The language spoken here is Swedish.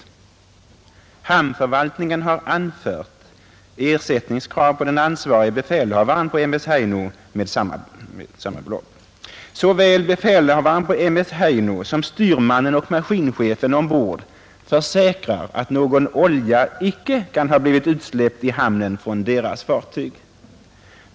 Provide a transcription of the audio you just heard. ——— Hamnförvaltningen har anfört ersättningskrav mot den ansvarige befälhavaren på m s Heino som styrmannen och maskinchefen ombord försäkrar att någon olja icke kan ha blivit utsläppt i hamnen från deras fartyg.